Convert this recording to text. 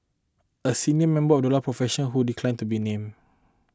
a senior member of the law profession who declined to be named